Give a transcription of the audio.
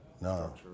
No